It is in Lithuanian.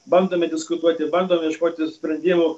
bandome diskutuoti bandome ieškoti sprendimų